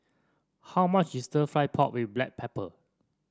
how much is Stir Fried Pork with Black Pepper